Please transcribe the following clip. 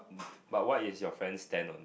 but what is your friends stand on